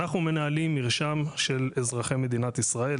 אנחנו מנהלים מרשם של אזרחי מדינת ישראל,